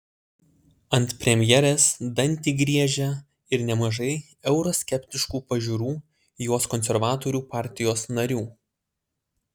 ant premjerės dantį griežia ir nemažai euroskeptiškų pažiūrų jos konservatorių partijos narių